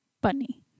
Bunny